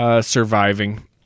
surviving